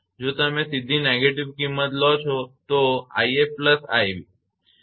જો તમે સીધી negative કિંમત લો છો તો 𝑖𝑓 𝑖𝑏